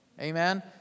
Amen